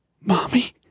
Mommy